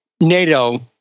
NATO